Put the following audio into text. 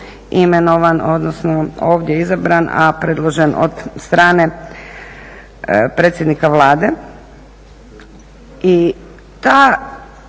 imenovan odnosno ovdje izabran, a predložen od strane predsjednika Vlade. I ta